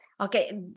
Okay